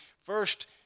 first